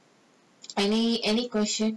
any any question